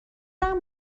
کنم